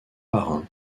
parrain